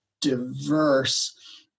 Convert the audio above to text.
diverse